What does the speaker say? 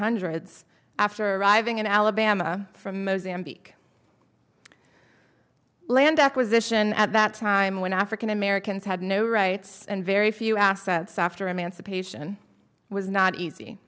hundreds after arriving in alabama from mozambique land acquisition at that time when african americans had no rights and very few assets after emancipation was not easy